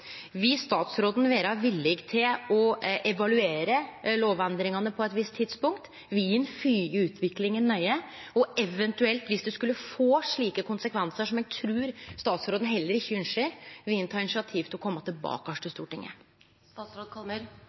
Vil statsråden vere villig til å evaluere lovendringane på eit visst tidspunkt? Vil han fylgje utviklinga nøye og eventuelt – viss det skulle få slike konsekvensar som eg trur statsråden heller ikkje ynskjer – ta initiativ til å kome tilbake til